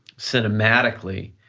cinematically,